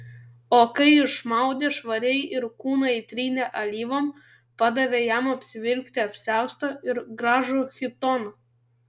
o kai išmaudė švariai ir kūną įtrynė alyvom padavė jam apsivilkti apsiaustą ir gražų chitoną